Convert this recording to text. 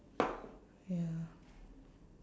ya